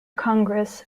congress